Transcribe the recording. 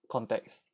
context